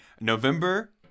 November